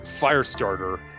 Firestarter